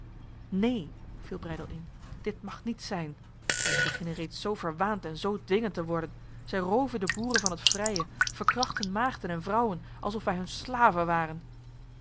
neen viel breydel in dit mag niet zijn zij beginnen reeds zo verwaand en zo dwingend te worden zij roven de boeren van het vrije verkrachten maagden en vrouwen alsof wij hun slaven waren